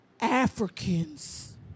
Africans